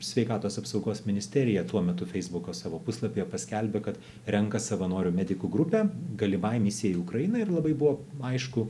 sveikatos apsaugos ministerija tuo metu feisbuko savo puslapyje paskelbė kad renka savanorių medikų grupę galimai misijai ukrainoj ir labai buvo aišku